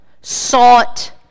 sought